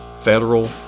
federal